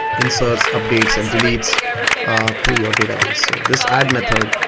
inserts, updates and deletes to your data base so this add method